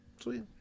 Sweet